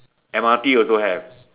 M_R_T also have